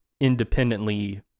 independently